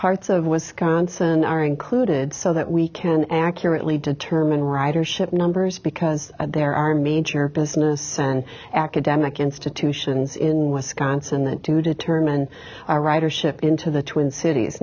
parts of wisconsin are included so that we can accurately determine ridership numbers because there are major business and academic institutions in wisconsin then to determine our writer ship into the twin cities